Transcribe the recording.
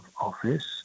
office